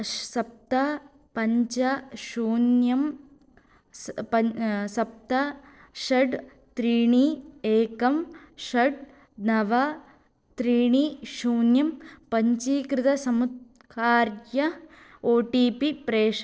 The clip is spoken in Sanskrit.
अश् सप्त पञ्च शून्यं सप्त षट् त्रीणि एकं षट् नव त्रीणि शून्यं पञ्चीकृतसंपर्काय ओ टी पी प्रेषय